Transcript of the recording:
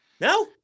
No